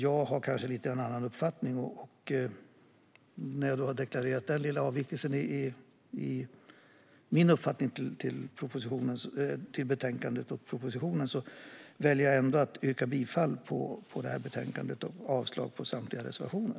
Jag har kanske en lite annan uppfattning. När jag nu har deklarerat min något avvikande uppfattning i förhållande till betänkandet och propositionen väljer jag ändå att yrka bifall till utskottets förslag och avslag på samtliga reservationer.